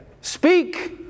speak